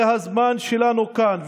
זה הזמן שלנו כאן,